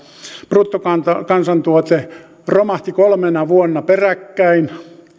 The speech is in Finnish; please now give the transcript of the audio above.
bruttokansantuote romahti kolmena vuonna peräkkäin